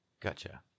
gotcha